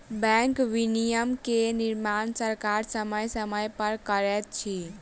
bank विनियमन के निर्माण सरकार समय समय पर करैत अछि